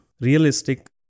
realistic